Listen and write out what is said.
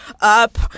up